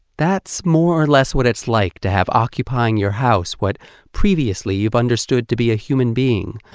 that's more or less what it's like to have occupying your house what previously you've understood to be a human being,